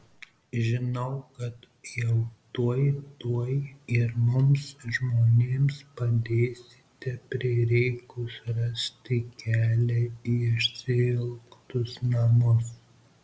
žinau kad jau tuoj tuoj ir mums žmonėms padėsite prireikus rasti kelią į išsiilgtus namus